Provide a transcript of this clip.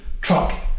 truck